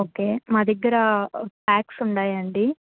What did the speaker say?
okay మా దగ్గరా packs ఉన్నాయండి